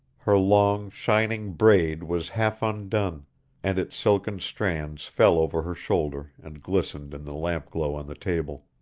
her long, shining braid was half undone and its silken strands fell over her shoulder and glistened in the lamp-glow on the table.